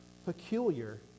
peculiar